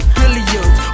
Billions